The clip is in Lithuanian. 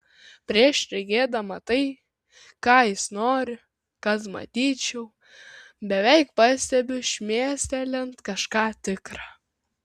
prieš regėdama tai ką jis nori kad matyčiau beveik pastebiu šmėstelint kažką tikra